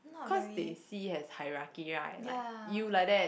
cause they see as hierarchy right like you like that